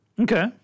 Okay